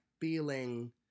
feeling